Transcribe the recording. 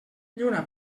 lluna